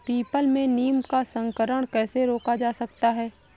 People में नीम का संकरण कैसे रोका जा सकता है?